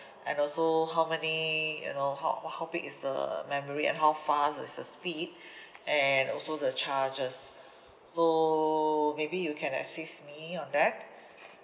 and also how many you know how how big is the memory and how fast is the speed and also the charges so maybe you can assist me on that